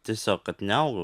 tiesiog kad neaugau